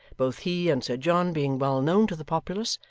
both he and sir john being well known to the populace,